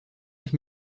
ist